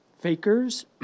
fakers